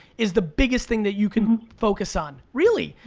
is the biggest thing that you can focus on, really.